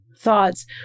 thoughts